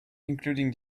including